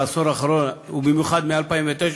ובעשור האחרון, ובמיוחד מ-2009,